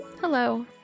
Hello